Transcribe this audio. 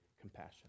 compassion